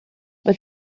but